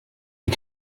die